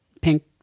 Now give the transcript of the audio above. pink